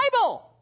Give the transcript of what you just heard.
Bible